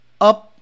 up